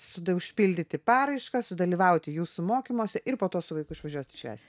suda užpildyti paraišką sudalyvauti jūsų mokymuosi ir po to su vaiku išvažiuoti švęsti